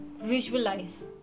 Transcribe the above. visualize